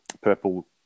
purple